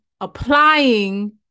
applying